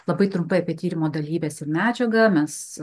labai trumpai apie tyrimo dalyves ir medžiagą mes